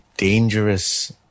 dangerous